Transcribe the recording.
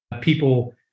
People